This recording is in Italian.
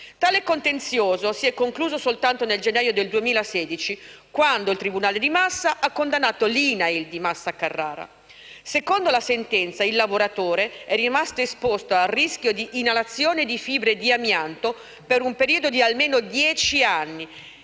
Tale contenzioso si è concluso soltanto nel gennaio del 2016, quando il tribunale di Massa ha condannato l'INAIL di Massa Carrara. Secondo la sentenza, il lavoratore «è rimasto esposto al rischio di inalazione di fibre di amianto» per un periodo di «almeno dieci anni»